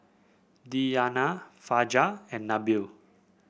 Diyana Fajar and Nabil